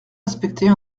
respecter